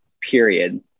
Period